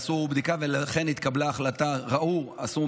עשו בדיקה, ואכן התקבלה החלטה, ששש,